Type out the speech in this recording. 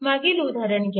मागील उदाहरण घ्या